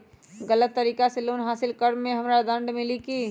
गलत तरीका से लोन हासिल कर्म मे हमरा दंड मिली कि?